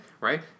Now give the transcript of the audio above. right